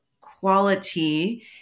quality